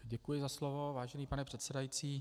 Děkuji za slovo, vážený pane předsedající.